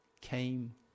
came